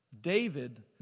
David